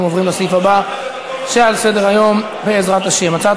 אנחנו עוברים לסעיף הבא שעל סדר-היום: הצעת